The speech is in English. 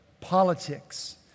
politics